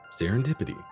serendipity